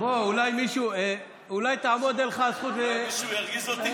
בוא, אולי תעמוד לך הזכות, אולי מישהו ירגיז אותי?